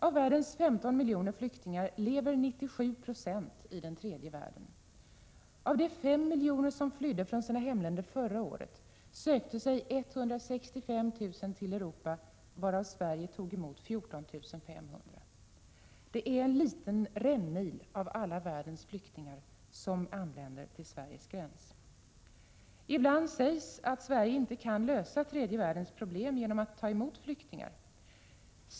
Av världens 15 miljoner flyktingar lever 97 90 i tredje världen. Av de 5 miljoner som flydde från sina hemländer förra året sökte sig 165 000 till Europa, varav Sverige tog emot 14 500. Det är en liten rännil av världens alla flyktingar som anländer till Sveriges gräns. Ibland sägs att Sverige inte kan lösa tredje världens problem genom att ta emot flyktingar.